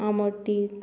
आमट तीक